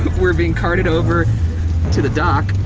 we're being carted over to the dock.